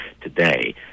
today